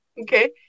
Okay